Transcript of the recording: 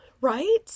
right